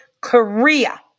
Korea